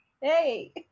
Hey